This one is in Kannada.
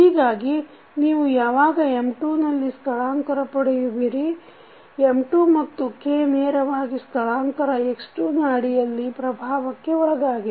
ಹೀಗಾಗಿ ನೀವು ಯಾವಾಗ M2 ನಲ್ಲಿ ಸ್ಥಳಾಂತರ ಪಡೆಯುವಿರಿ M2 ಮತ್ತು K ನೇರವಾಗಿ ಸ್ಥಳಾಂತರ x2 ನ ಅಡಿಯಲ್ಲಿ ಪ್ರಭಾವಕ್ಕೆ ಒಳಗಾಗಿದೆ